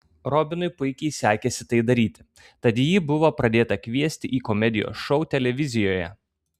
robinui puikiai sekėsi tai daryti tad jį buvo pradėta kviesti į komedijos šou televizijoje